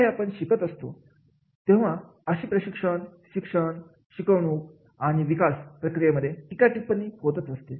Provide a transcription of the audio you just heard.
जे काही आपण शिकत असतो तेव्हा अशी प्रशिक्षण शिक्षण शिकवणूक आणि विकास प्रक्रियेमध्ये टीकाटिप्पणी असते